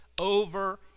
over